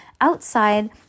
Outside